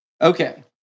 Okay